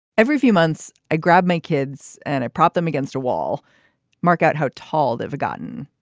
every few months i grab my kids and i prop them against a wall marked out how tall they've gotten.